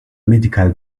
medical